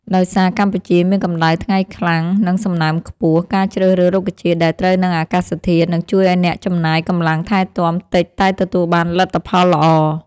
ដោយសារកម្ពុជាមានកម្ដៅថ្ងៃខ្លាំង និងសំណើមខ្ពស់ ការជ្រើសរើសរុក្ខជាតិដែល ត្រូវនឹងអាកាសធាតុ នឹងជួយឱ្យអ្នកចំណាយកម្លាំងថែទាំតិចតែទទួលបានលទ្ធផលល្អ